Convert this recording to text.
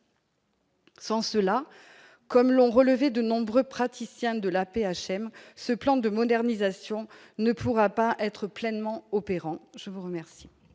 Sans cela, comme l'ont relevé de nombreux praticiens de l'AP-HM, ce plan de modernisation ne pourra pas être pleinement opérant. La parole